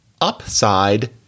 Upside